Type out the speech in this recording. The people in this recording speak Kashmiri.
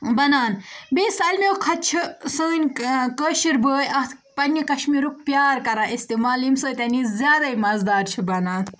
بَنان بیٚیہِ سالمیو کھۄتہٕ چھِ سٲنۍ کٲشِر بٲے اَتھ پَننہِ کَشمیٖرُک پیار کَران استعمال ییٚمہِ سۭتۍ یہِ زیادَے مَزٕدار چھِ بَنان